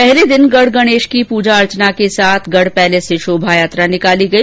पहले दिन गढ गणेश की पूजा अर्चना के साथ गढ पैलेस से शोभायात्रा निकाली गई